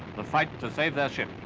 the fight to save their ship.